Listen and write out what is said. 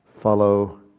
Follow